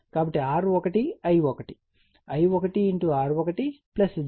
కాబట్టి R1 I1 I1R1 j I1 X1 అవుతుంది